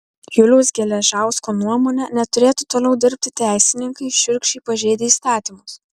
juliaus geležausko nuomone neturėtų toliau dirbti teisininkai šiurkščiai pažeidę įstatymus